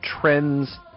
trends